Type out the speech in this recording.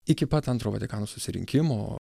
iki pat antro vatikano susirinkimo